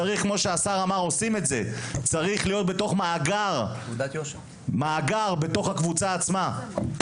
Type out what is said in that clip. הוא צריך להיות בתוך מאגר בתוך הקבוצה עצמה כי